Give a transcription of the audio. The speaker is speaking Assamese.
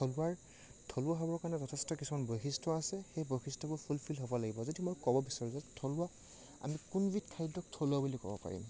থলুৱাৰ থলুৱা হ'বৰ কাৰণে যথেষ্ট কিছুমান বৈশিষ্ট্য আছে সেই বৈশেষ্ট্যবোৰ ফুলফিল হ'ব লাগিব যদি মই ক'ব বিচাৰোঁ যে থলুৱা আমি কোনবিধ খাদ্যক থলুৱা বুলি ক'ব পাৰিম